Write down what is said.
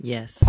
Yes